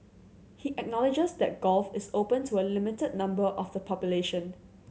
he acknowledges that golf is open to a limited number of the population